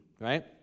Right